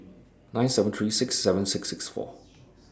nine seven three six seven six six four